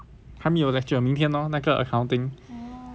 还没有 lecture 明天 lor 那个 accounting lecture